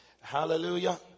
Hallelujah